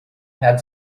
had